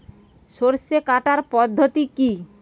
সরষে কাটার পদ্ধতি কি?